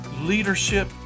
leadership